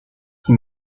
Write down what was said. qui